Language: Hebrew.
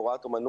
בהוראת אומנות.